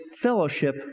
fellowship